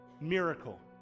miracle